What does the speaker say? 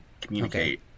communicate